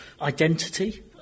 identity